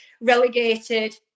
relegated